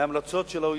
מההמלצות של ה-OECD.